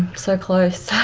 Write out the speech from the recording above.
so close,